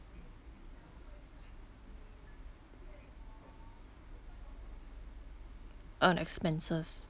uh on expenses